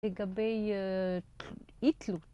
לגבי אי-תלות